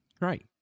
Right